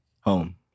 Home